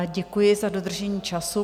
Děkuji za dodržení času.